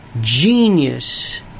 genius